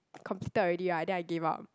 completed already right then I gave up